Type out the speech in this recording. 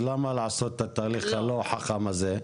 למה לעשות את התהליך הלא חכם הזה?